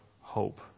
hope